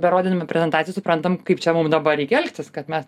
berodydami prezentaciją suprantam kaip čia mum dabar reik elgtis kad mes